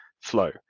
flow